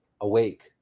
awake